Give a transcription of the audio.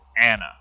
Anna